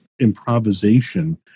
improvisation